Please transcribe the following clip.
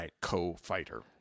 co-fighter